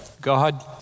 God